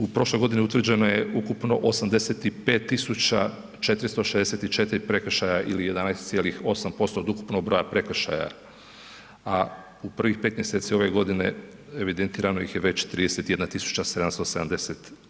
U prošloj godini utvrđeno je ukupno 85 tisuća 464 prekršaja ili 11,8% od ukupnog broja prekršaja a u prvih 5 mjeseci ove godine evidentirano ih je već 31 tisuća 770.